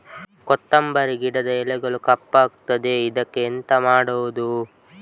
ಕೊತ್ತಂಬರಿ ಗಿಡದ ಎಲೆಗಳು ಕಪ್ಪಗುತ್ತದೆ, ಇದಕ್ಕೆ ಎಂತ ಮಾಡೋದು?